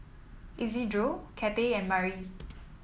Isidro Cathey and Mari